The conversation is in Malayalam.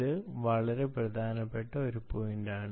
ഇത് വളരെ പ്രധാനപ്പെട്ട ഒരു പോയിന്റാണ്